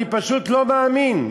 אני פשוט לא מאמין.